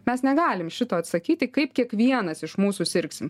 mes negalim šito atsakyti kaip kiekvienas iš mūsų sirgsim